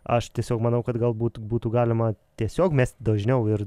aš tiesiog manau kad galbūt būtų galima tiesiog mesti dažniau ir